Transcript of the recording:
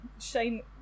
Shane